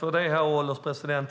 Herr ålderspresident!